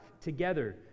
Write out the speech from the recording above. together